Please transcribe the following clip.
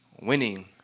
Winning